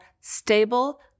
stable